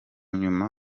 nyuma